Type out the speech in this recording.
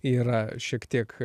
yra šiek tiek